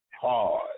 hard